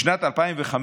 בשנת 2005,